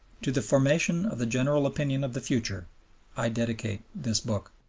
to the formation of the general opinion of the future i dedicate this book.